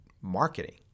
marketing